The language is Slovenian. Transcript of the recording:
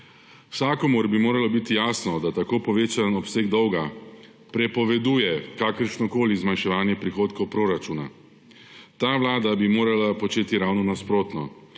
Vsakomur bi moralo biti jasno, da tako povečan obseg dolga prepoveduje kakršnokoli zmanjševanje prihodkov proračuna. Ta vlada bi morala početi ravno nasprotno,